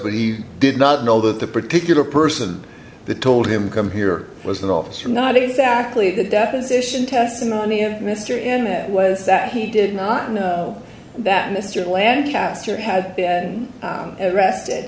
but he did not know that the particular person that told him come here was an officer not exactly the deposition testimony of mr internet was that he did not know that mr lancaster had been arrested